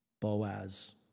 Boaz